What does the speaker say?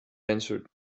answered